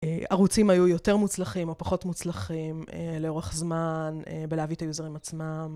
ערוצים היו יותר מוצלחים או פחות מוצלחים לאורך זמן בלהביא את היוזרים עצמם.